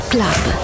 Club